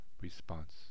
Response